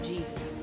Jesus